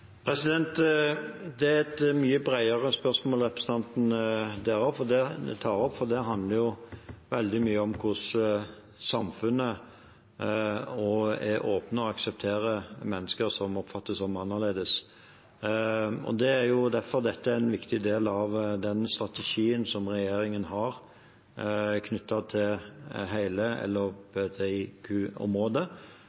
spørsmål representanten tar opp, for det handler mye om samfunnet er åpent og aksepterer mennesker som oppfattes som annerledes. Derfor er dette en viktig del av den strategien som regjeringen har, knyttet til hele